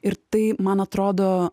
ir tai man atrodo